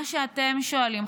מה שאתם שואלים,